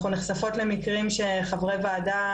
אנחנו נחשפות למקרים שחברי וועדה,